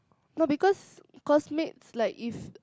no because cause maids like if